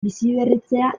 biziberritzea